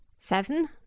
seven.